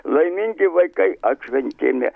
laimingi vaikai atšventėme